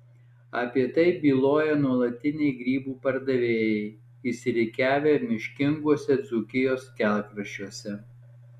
apie tai byloja nuolatiniai grybų pardavėjai išsirikiavę miškinguose dzūkijos kelkraščiuose